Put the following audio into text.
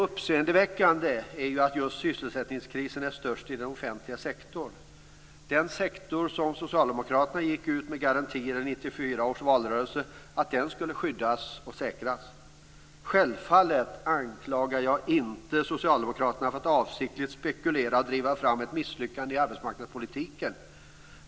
Uppseendeväckande är ju att sysselsättningskrisen är störst i den offentliga sektorn. Det är den sektor som Socialdemokraterna i 1994 års valrörelse gick ut med garantier för att den skulle skyddas och säkras. Självfallet anklagar jag inte Socialdemokraterna för att avsiktligt ha spekulerat och drivit fram ett misslyckande i arbetsmarknadspolitiken.